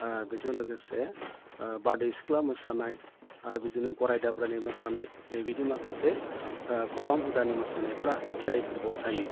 बेजों लोगोसे बारदै सिख्ला मोसानाय आरो बिदिनो गराइ दाब्रायनाय मोसानाय नै बिदि माखासे खबाम हुदानि मोसानायफ्रा खेराइ फोरबोआव जायो